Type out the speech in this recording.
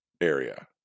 area